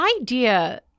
idea